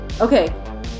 okay